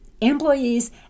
Employees